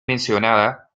mencionada